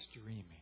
streaming